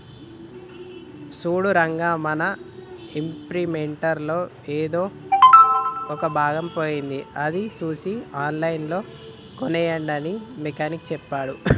సూడు రంగా మన ఇంప్రింటర్ లో ఎదో ఒక భాగం పోయింది అది సూసి ఆన్లైన్ లో కోనేయండి అని మెకానిక్ సెప్పాడు